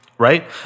Right